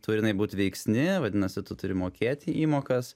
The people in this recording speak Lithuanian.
turi jinai būti veiksni vadinasi tu turi mokėti įmokas